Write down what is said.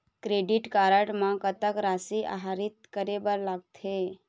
Credit card म कतक राशि आहरित करे बर लगथे?